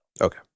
Okay